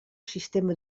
sistema